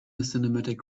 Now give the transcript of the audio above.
cinematic